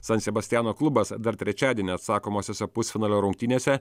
san sebastiano klubas dar trečiadienį atsakomosiose pusfinalio rungtynėse